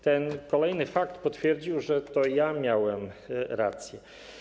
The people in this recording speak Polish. Ten kolejny fakt potwierdził, że to ja miałem rację.